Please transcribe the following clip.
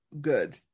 good